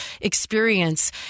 experience